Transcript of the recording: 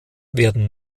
werden